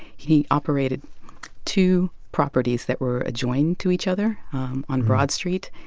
he operated two properties that were adjoined to each other on broad street,